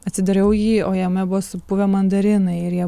atsidariau jį o jame buvo supuvę mandarinai ir jie